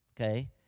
okay